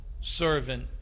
servant